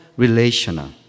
relational